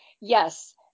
Yes